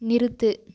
நிறுத்து